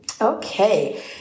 Okay